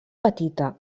petita